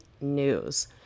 news